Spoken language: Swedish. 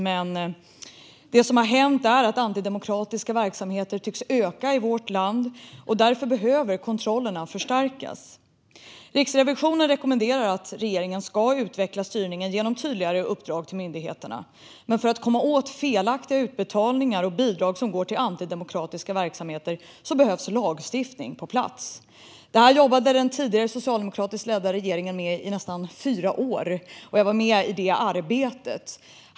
Men nu tycks antidemokratiska verksamheter öka i vårt land, och därför behöver kontrollerna förstärkas. Riksrevisionen rekommenderar att regeringen utvecklar styrningen genom tydligare uppdrag till myndigheterna. Men för att komma åt felaktiga utbetalningar och bidrag som går till antidemokratiska verksamheter behöver vi få lagstiftning på plats. Detta jobbade den tidigare socialdemokratiskt ledda regeringen med i nästan fyra år, och jag var med i detta arbete.